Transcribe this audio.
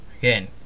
Again